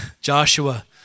Joshua